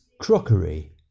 crockery